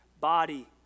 body